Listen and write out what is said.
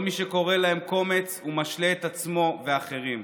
כל מי שקורא להם "קומץ" משלה את עצמו ואחרים.